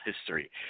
history